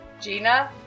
Gina